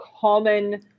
common